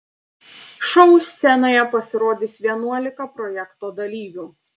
šou scenoje pasirodys vienuolika projekto dalyvių